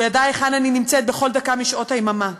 הוא ידע היכן אני נמצאת בכל דקה משעות היממה,